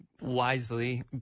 wisely